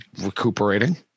recuperating